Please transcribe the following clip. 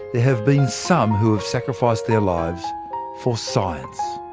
there have been some who have sacrificed their lives for science.